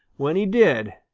when he did,